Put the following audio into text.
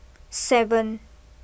seven